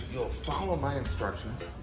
you'll follow my instructions.